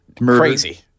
Crazy